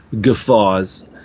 guffaws